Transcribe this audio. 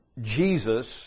Jesus